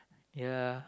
ya